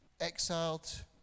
exiled